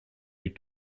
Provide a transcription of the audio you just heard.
eût